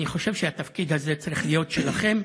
אני חושב שהתפקיד הזה צריך להיות שלכם,